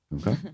Okay